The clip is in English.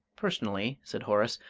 personally, said horace,